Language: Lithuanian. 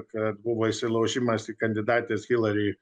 kad buvo įsilaužimas į kandidatės hillary